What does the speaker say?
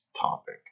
topic